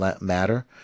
Matter